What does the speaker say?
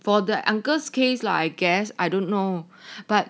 for the uncle's case lah I guess I don't know but